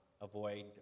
avoid